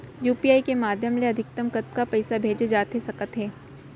UPI के माधयम ले अधिकतम कतका पइसा भेजे जाथे सकत हे?